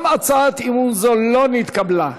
גם הצעת האי-אמון הזאת לא נתקבלה.